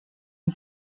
une